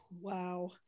Wow